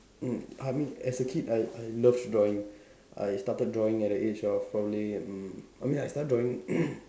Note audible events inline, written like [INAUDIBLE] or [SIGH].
mm I mean as a kid I I love drawing I started drawing at a age of probably mm I mean I started drawing [NOISE]